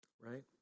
right